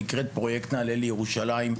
שנקראת פרויקט ׳נעלה לירושלים׳,